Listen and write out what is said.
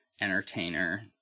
entertainer